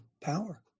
power